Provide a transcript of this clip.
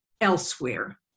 elsewhere